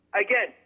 again